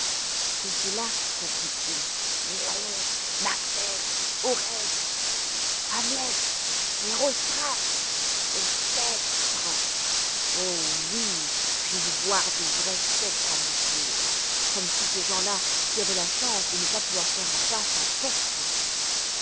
c'est cela conclut-il néron macbeth oreste hamlet érostrate les spectres oh oui je veux voir de vrais spectres à mon tour comme tous ces gens-là qui avaient la chance de ne pas pouvoir faire un pas sans spectres